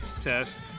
test